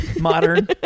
modern